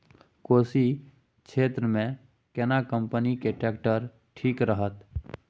कोशी क्षेत्र मे केना कंपनी के ट्रैक्टर ठीक रहत?